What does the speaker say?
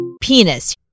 Penis